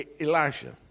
Elijah